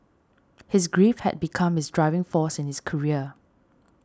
his grief had become his driving force in his career